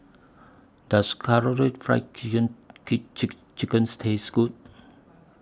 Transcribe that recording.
Does Karaage Fried Chicken Chicken Taste Good